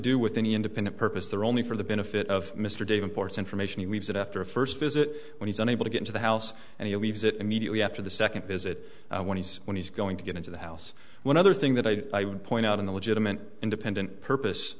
do with any independent purpose there only for the benefit of mr david port's information he leaves it after a first visit when he's unable to get to the house and he leaves it immediately after the second visit when he's when he's going to get into the house one other thing that i would point out in the legitimate independent purpose